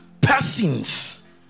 persons